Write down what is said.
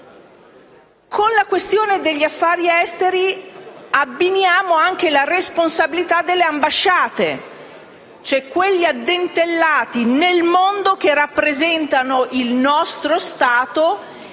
del Ministero degli affari esteri abbiniamo anche la responsabilità delle ambasciate, ossia quegli addentellati nel mondo che rappresentano il nostro Stato